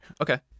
Okay